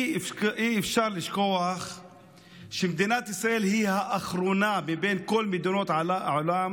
אי-אפשר לשכוח שמדינת ישראל היא האחרונה מבין כל מדינות העולם